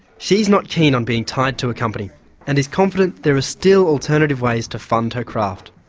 she's not keen on being tied to a company and is confident there are still alternative ways to fund her craft.